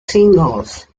singles